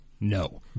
No